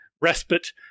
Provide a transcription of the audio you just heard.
respite